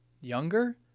Younger